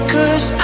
Cause